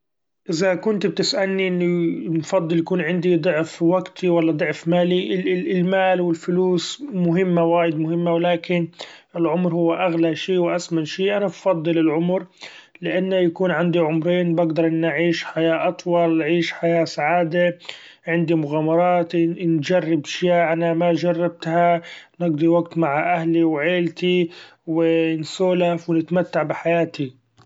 إذا كنت بتسألني إني بفضل يكون عندي ضعف وقتي ولا ضعف مالي، ال- المال والفلوس مهمة وايد مهمة ولكن العمر هو اغلى شي واسمى شي، أنا بفضل العمر لإنه يكون عندي عمرين بقدر إني اعيش حياة اطول، عيش حياة سعادة عندي مغامراتي نچرب اشياء أنا ما چربتها ، نقضي وقت مع اهلي وعيلتي ونسولف ونتمتع بحياتي.